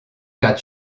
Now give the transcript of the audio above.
cat